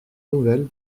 nouvelles